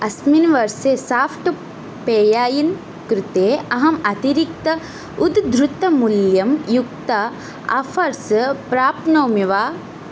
अस्मिन् वर्षे साफ़्ट् पेयायिन् कृते अहम् अतिरिक्तम् उद्धृतमूल्ययुक्तम् आफ़र्स् प्राप्नोमि वा